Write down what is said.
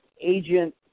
agent